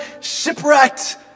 shipwrecked